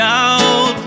out